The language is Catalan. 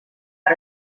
per